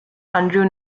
andrew